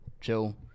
chill